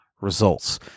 results